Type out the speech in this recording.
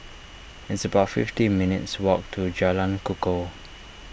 it's about fifty minutes' walk to Jalan Kukoh